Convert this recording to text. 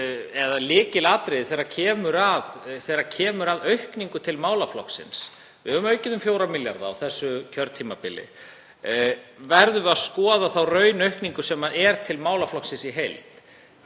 eða lykilatriði þegar kemur að aukningu til málaflokksins — við höfum aukið um 4 milljarða á þessu kjörtímabili. Við verðum að skoða þá raunaukningu sem er til málaflokksins í heild.